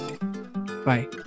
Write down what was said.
Bye